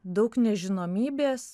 daug nežinomybės